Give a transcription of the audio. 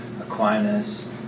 Aquinas